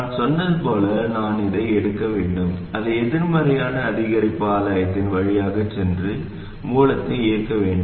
நான் சொன்னது போல் நான் இதை எடுக்க வேண்டும் அதை எதிர்மறையான அதிகரிப்பு ஆதாயத்தின் வழியாகச் சென்று மூலத்தை இயக்க வேண்டும்